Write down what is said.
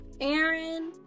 aaron